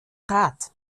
rat